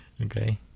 okay